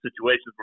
situations